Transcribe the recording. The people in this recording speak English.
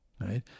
right